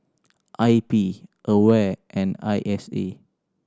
I P AWARE and I S A